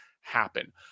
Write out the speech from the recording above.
happen